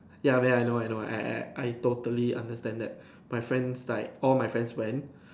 ya man I know I know I I I totally understand that my friends is like all my friend went